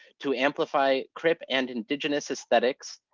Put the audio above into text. to amplify crip and indigenous aesthetics,